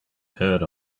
heard